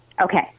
Okay